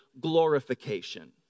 glorification